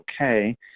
okay